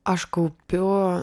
aš kaupiu